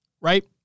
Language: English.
Right